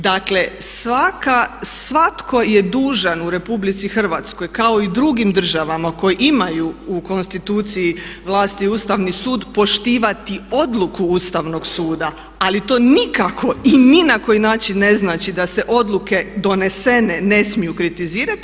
Dakle svatko je dužan u RH kao i drugim državama koje imaju u konstituciji vlasti Ustavni sud poštivati odluku Ustavnog suda ali to nikako i ni na koji način ne znači da se odluke donesene ne smiju kritizirati.